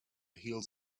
heels